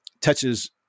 touches